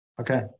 Okay